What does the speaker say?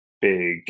big